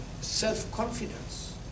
self-confidence